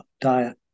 diet